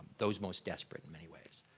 those most desperate in many ways.